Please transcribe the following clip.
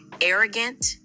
arrogant